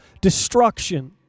destruction